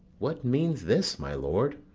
what means this, my lord?